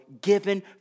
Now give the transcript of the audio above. given